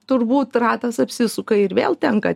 turbūt ratas apsisuka ir vėl tenka